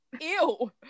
Ew